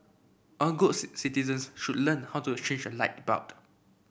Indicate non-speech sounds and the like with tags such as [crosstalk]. all good [unintelligible] citizens should learn how to change a light bulb